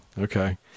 Okay